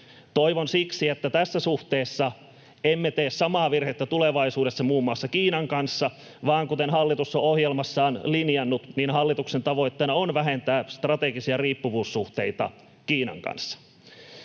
Toivon siksi, että tässä suhteessa emme tee samaa virhettä tulevaisuudessa muun muassa Kiinan kanssa, vaan kuten hallitus on ohjelmassaan linjannut, hallituksen tavoitteena on vähentää strategisia riippuvuussuhteita Kiinan kanssa.